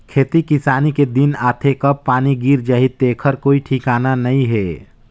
खेती किसानी के दिन आथे कब पानी गिर जाही तेखर कोई ठिकाना नइ हे